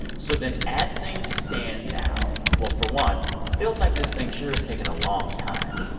so then as things stand now well, for one, feels like this thing sure has taken a long time.